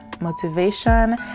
motivation